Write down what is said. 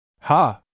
Ha